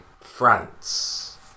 France